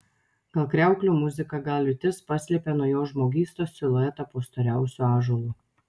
gal kriauklių muzika gal liūtis paslėpė nuo jo žmogystos siluetą po storiausiu ąžuolu